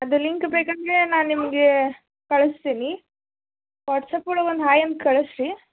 ಅದರ ಲಿಂಕ್ ಬೇಕೆಂದ್ರೆ ನಾನು ನಿಮಗೆ ಕಳಿಸ್ತೀನಿ ವಾಟ್ಸಾಪ್ ಒಳಗೆ ಒಂದು ಹಾಯ್ ಅಂತ ಕಳಿಸ್ರಿ